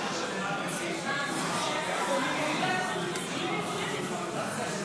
השר דיכטר, עד עשר דקות לרשותך.